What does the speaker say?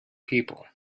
people